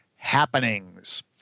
Happenings